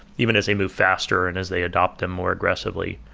even as they move faster and as they adopt them more aggressively.